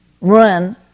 run